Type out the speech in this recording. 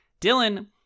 Dylan